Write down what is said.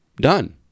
Done